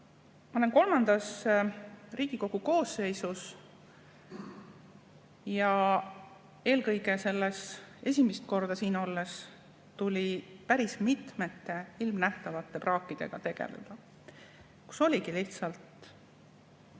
Ma olen kolmandas Riigikogu koosseisus. Esimest korda siin olles tuli päris mitmete silmanähtavate praakidega tegeleda, sest oligi lihtsalt